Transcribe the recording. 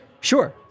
Sure